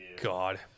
god